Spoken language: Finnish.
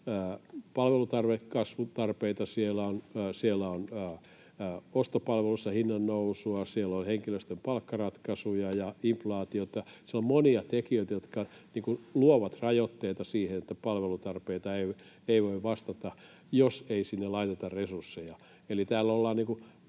siellä on. Siellä on ostopalveluissa hinnannousua, siellä on henkilöstön palkkaratkaisuja ja inflaatiota. Siellä on monia tekijöitä, jotka luovat rajoitteita siihen, että palvelutarpeisiin ei voi vastata, jos ei sinne laiteta resursseja.